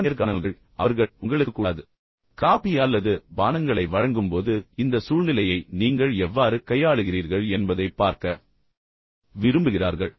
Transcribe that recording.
உண்மையில் பல நேர்காணல்கள் அவர்கள் உங்களுக்கு காபி அல்லது பானங்களை வழங்கும்போது இந்த சூழ்நிலையை நீங்கள் எவ்வாறு கையாளுகிறீர்கள் என்பதைப் பார்க்க விரும்புகிறார்கள்